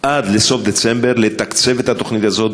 עד לסוף דצמבר לתקצב את התוכנית הזאת,